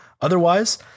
otherwise